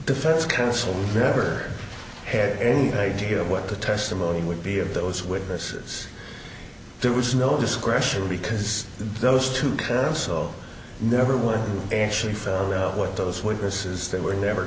defense counsel never had any idea of what the testimony would be of those witnesses there was no discretion because those two counts so never were actually found out what those witnesses they were never